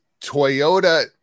Toyota